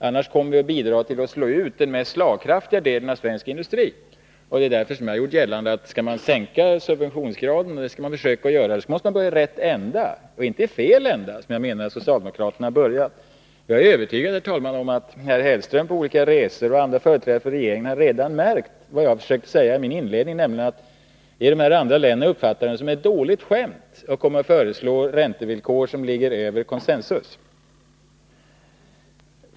Annars kommer vi att bidra till att slå ut den mest slagkraftiga delen av svensk industri. Det är därför jag har gjort gällande att om man skall sänka subventionsgraden — och det skall man försöka att göra — skall man börja i rätt ände och inte i fel ände, som jag menar att socialdemokraterna har gjort. Jag är övertygad om att herr Hellström och andra företrädare för regeringen på olika resor redan har märkt vad jag försökte säga i min inledning, nämligen att man i de andra länderna uppfattar det som ett dåligt skämt att komma och föreslå räntevillkor som ligger över consensus.